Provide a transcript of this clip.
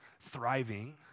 thriving